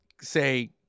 say